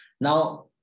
Now